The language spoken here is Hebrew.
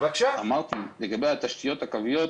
אמרתי שאני לא מכיר את עניין התשתיות הקוויות